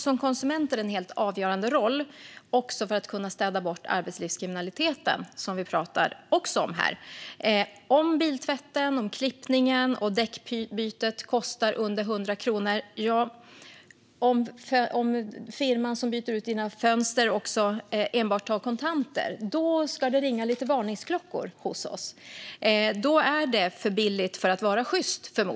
Som konsumenter har vi en helt avgörande roll också för att städa bort arbetslivskriminaliteten, som vi också talar om här. Om biltvätten, klippningen och däckbytet kostar under 100 kronor eller om firman som byter ut dina fönster enbart tar kontanter ska det ringa lite varningsklockor. Då är det förmodligen för billigt för att vara sjyst.